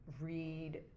read